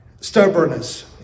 stubbornness